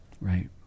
Right